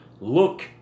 look